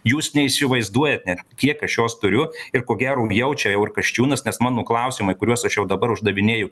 jūs neįsivaizduojat net kiek aš jos turiu ir ko gero jaučia jau ir kasčiūnas nes mano klausimai kuriuos aš jau dabar uždavinėju